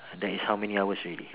that is how many hours already